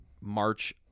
March